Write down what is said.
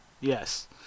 Yes